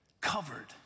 Covered